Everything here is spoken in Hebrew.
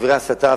דברי הסתה,